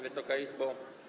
Wysoka Izbo!